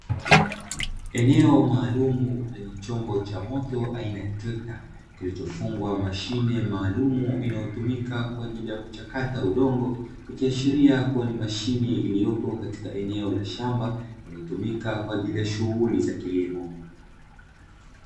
Eneo maalumu lenye chombo cha moto aina ya trekta, kilichofungwa mashine maalumu inayotumika kwa ajili ya kuchakata udongo. Ikiashiria kuwa ni mashine iliyopo katika eneo la shamba, inayotumika kwa ajili ya shughuli za kilimo.